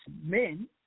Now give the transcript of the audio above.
men